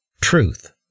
truth